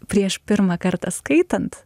prieš pirmą kartą skaitant